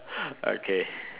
okay